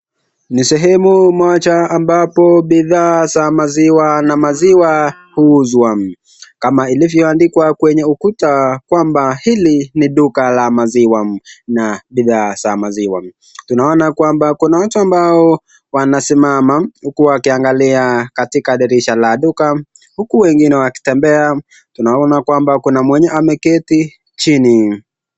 Ni sehemu moja ambapo bidhaa za maziwa na maziwa huuzwa, kama ilivyoandikwa kwenye ukuta kwamba hili ni duka la maziwa na bidhaa za maziwa. Tunaona kwamba kuna watu ambao wanasimama huku wakiangalia katika dirisha la duka huku wengine wakitembea. Tunaona kwamba kuna mwenye ameketi chini.